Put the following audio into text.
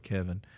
Kevin